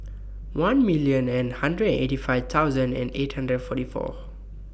one million and hundred eighty five thousand and eight hundred forty four